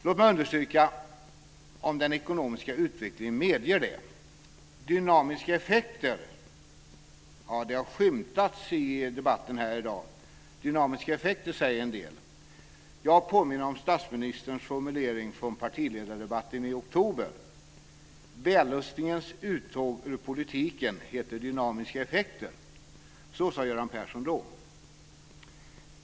Låt mig understryka "Om den ekonomiska utvecklingen medger det". Dynamiska effekter - det har skymtats i debatten i dag - säger en del. Jag påminner om statsministerns formulering från partiledardebatten i oktober: "Vällustingens uttåg ur politiken heter dynamiska effekter." Så sade Göran Persson då.